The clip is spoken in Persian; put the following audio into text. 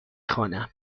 خوانم